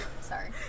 sorry